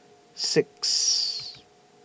six